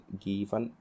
given